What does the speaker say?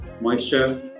moisture